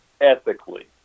ethically